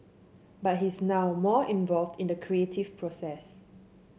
but he's now more involved in the creative process